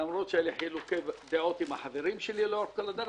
למרות שאין לי חלוקי דעות עם החברים שלי לאורך כל הדרך.